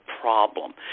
problem